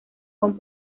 con